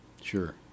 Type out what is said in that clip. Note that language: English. Sure